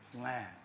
plan